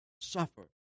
suffer